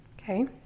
okay